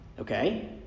Okay